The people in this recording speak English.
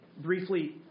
briefly